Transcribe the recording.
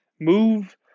move